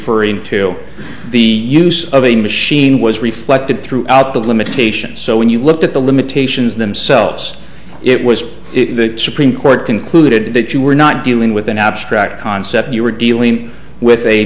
referring to the use of a machine was reflected throughout the limitations so when you look at the limitations themselves it was the supreme court concluded that you were not dealing with an abstract concept you were dealing with a